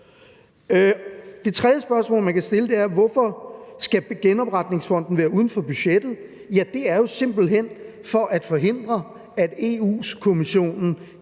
Det tredje spørgsmål, man kan stille, er: Hvorfor skal genopretningsfonden være uden for budgettet? Det er jo simpelt hen for at forhindre, at Europa-Kommissionen